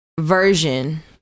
version